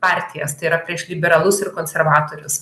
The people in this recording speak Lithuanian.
partijas tai yra prieš liberalus ir konservatorius